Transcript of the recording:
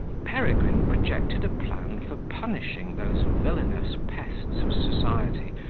peregrine projected a plan for punishing those villainous pests of society,